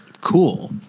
Cool